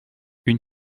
une